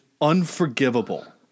unforgivable